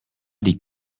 les